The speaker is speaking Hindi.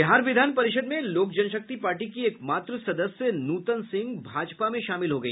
बिहार विधान परिषद में लोक जनशक्ति पार्टी की एक मात्र सदस्य नूतन सिंह भाजपा में शामिल हो गई